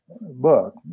book